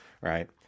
Right